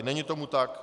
Není tomu tak.